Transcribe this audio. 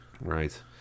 Right